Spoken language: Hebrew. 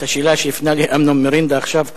השאלה שהפנה אלי אמנון מרנדה עכשיו,